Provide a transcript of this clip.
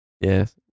Yes